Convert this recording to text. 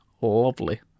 lovely